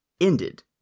ended